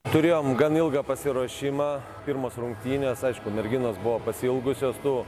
turėjom gan ilgą pasiruošimą pirmos rungtynės aišku merginos buvo pasiilgusios tų